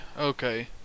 Okay